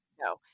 No